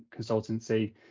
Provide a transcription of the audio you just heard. Consultancy